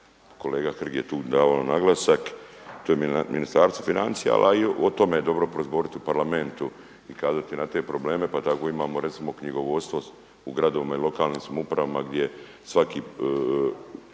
Kolega Hrg je tu dao naglasak to je Ministarstvo financija, ali i o tome je dobro prozboriti u Parlamentu i ukazati na te probleme. Pa tako recimo imamo knjigovodstvo u gradovima i lokalnim samoupravama gdje svaki